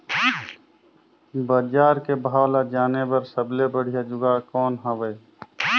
बजार के भाव ला जाने बार सबले बढ़िया जुगाड़ कौन हवय?